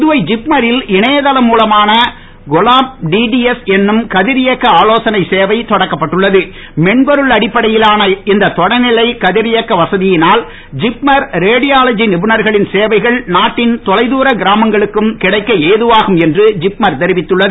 புதுவை திப்மரில் இணையதளம் மூலமான கொலாப் டிடிஎஸ் என்னும் கதிர்இயக்க அடிப்படையிலான இந்த தொலைநிலை கதிரியக்க வசதியினால் ஜிப்மர் ரேடியாலஜி நிபுணர்களின் சேவைகள் நாட்டின் தொலைதூர கிராமங்களுக்கும் இணைக்க ஏதுவாகும் என்று ஜிப்மர் தெரிவித்துள்ளது